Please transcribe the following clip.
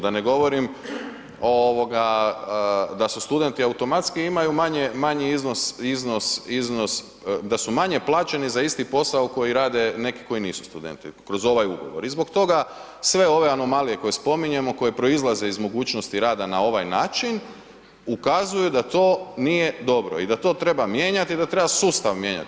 Da ne govorim da su studenti automatski imaju manji iznos, da su manje plaćeni za isti posao koji rade neki koji nisu studenti, kroz ovaj ugovor i zbog toga sve ove anomalije koje spominjemo, koje proizlaze iz mogućnosti rada na ovaj način, ukazuju da to nije dobro i da to treba mijenjati i da treba sustav mijenjati.